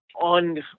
On